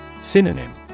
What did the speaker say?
Synonym